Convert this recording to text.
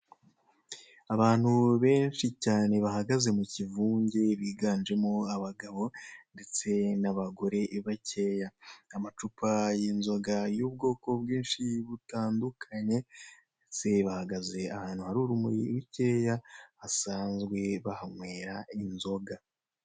Abantubenshi cyane bahagaze mi kivunge biganjemo abagabo ndetse n'abagore bakeya amacupa y'inzoga y'ubwoko bwinshi butandukanye ndetse bahagaze ahantu hari urumuri rukeya basanzwe bahanywera inzoga.